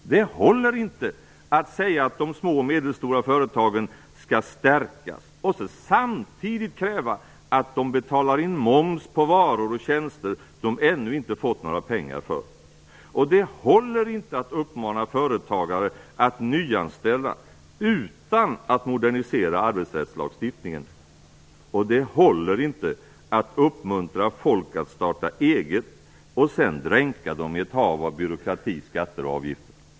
Det håller inte att säga att de små och medelstora företagen skall stärkas samtidigt som man kräver att de betalar in moms på varor och tjänster som de ännu inte har fått några pengar för. Det håller inte att uppmana företagare att nyanställa utan att modernisera arbetsrättslagstiftningen. Det håller inte att uppmuntra folk att starta eget och sedan dränka dem i ett hav av byråkrati, skatter och avgifter.